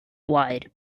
wide